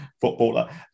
footballer